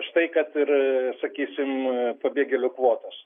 štai kad ir sakysim pabėgėlių kvotos